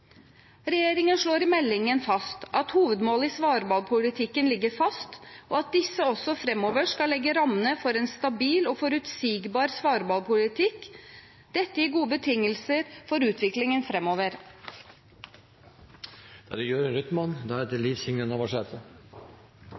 Regjeringen slår i meldingen fast at hovedmålet i Svalbard-politikken ligger fast, og at disse også framover skal legge rammene for en stabil og forutsigbar Svalbard-politikk. Dette gir gode betingelser for utviklingen